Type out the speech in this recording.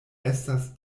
estas